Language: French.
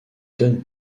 donne